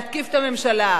להתקיף את הממשלה.